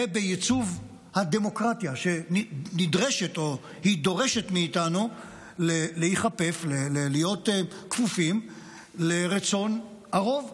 ובעיצוב הדמוקרטיה שדורשת מאיתנו להיות כפופים לרצון הרוב,